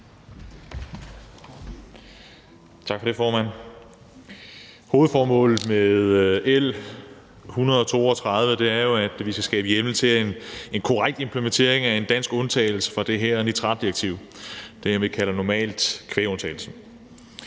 Tak for det, formand. Hovedformålet med L 132 er jo at skabe hjemmel til en korrekt implementering af en dansk undtagelse fra det her nitratdirektiv – det, vi normalt kalder kvægundtagelsen.